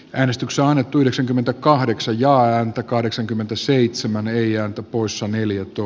hän istuu saaneet yhdeksänkymmentäkahdeksan jaa ääntä kahdeksankymmentäseitsemän eija top poissa neljä to